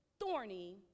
thorny